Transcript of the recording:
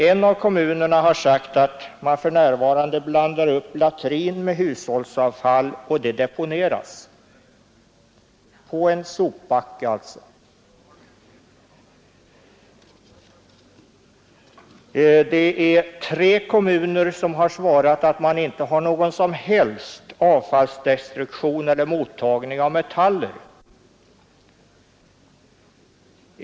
En av kommunerna har sagt att man för närvarande blandar latrin med hushållsavfall och att det deponeras på en soptipp. Tre kommuner har svarat att de inte har någon som helst destruktion eller mottagning av metaller.